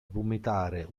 vomitare